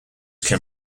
can